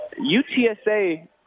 UTSA